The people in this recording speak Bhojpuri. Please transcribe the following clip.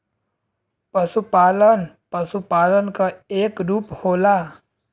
पसुपालन पसुपालन क एक रूप होला